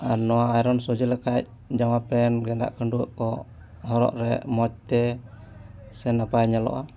ᱟᱨ ᱱᱚᱣᱟ ᱟᱭᱨᱚᱱ ᱥᱚᱡᱷᱮ ᱞᱮᱠᱷᱟᱱ ᱡᱟᱢᱟ ᱯᱮᱱᱴ ᱜᱮᱸᱫᱟᱜ ᱠᱷᱟᱹᱰᱩᱣᱟᱹᱜ ᱠᱚ ᱦᱚᱨᱚᱜ ᱨᱮ ᱢᱚᱡᱽ ᱛᱮ ᱥᱮ ᱱᱟᱯᱟᱭ ᱧᱮᱞᱚᱜᱼᱟ